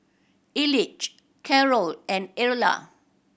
Elige Carrol and Erla